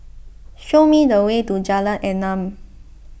show me the way to Jalan Enam